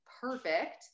perfect